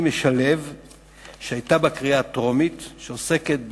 התש"ע 2010, לקריאה השנייה והקריאה השלישית.